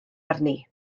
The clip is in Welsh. arni